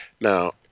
Now